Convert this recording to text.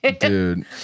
dude